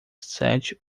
sete